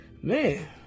man